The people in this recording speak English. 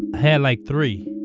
i had like three.